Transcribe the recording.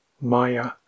Maya